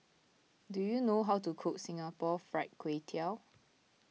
do you know how to cook Singapore Fried Kway Tiao